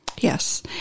Yes